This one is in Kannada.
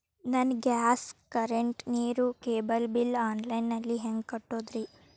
ನನ್ನ ಗ್ಯಾಸ್, ಕರೆಂಟ್, ನೇರು, ಕೇಬಲ್ ಬಿಲ್ ಆನ್ಲೈನ್ ನಲ್ಲಿ ಹೆಂಗ್ ಕಟ್ಟೋದ್ರಿ?